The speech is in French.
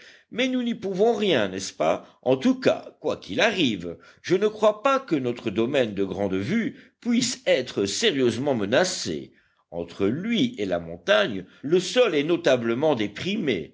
mais nous n'y pouvons rien n'est-ce pas en tout cas quoi qu'il arrive je ne crois pas que notre domaine de grande vue puisse être sérieusement menacé entre lui et la montagne le sol est notablement déprimé